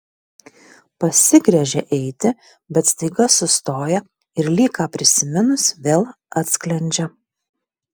pasigręžia eiti bet staiga sustoja ir lyg ką prisiminus vėl atsklendžia